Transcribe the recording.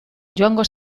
joango